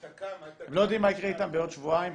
הם לא יודעים מה יקרה אתם בעוד שבועיים,